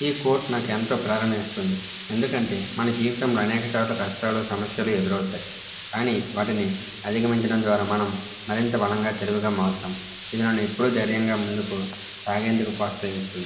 ఈ కోర్ట్ నాకెంతో ప్రేరణ ఇస్తుంది ఎందుకంటే మన జీవితంలో అనేక సార్లు కష్టాలు సమస్యలు ఎదురవుతాయి కానీ వాటిని అధిగమించడం ద్వారా మనం మరింత బలంగా తెలివిగా మారుతాం ఇది నన్ను ఎప్పుడూ ధైర్యంగా ముందుకు సాగేందుకు ప్రోత్సహిస్తుంది